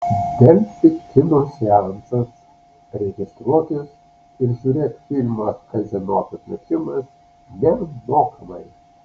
delfi kino seansas registruokis ir žiūrėk filmą kazino apiplėšimas nemokamai